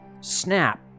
snap